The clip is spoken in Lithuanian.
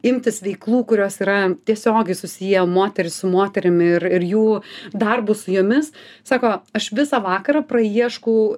imtis veiklų kurios yra tiesiogiai susiję moteris su moterim ir ir jų darbu su jumis sako aš visą vakarą praieškau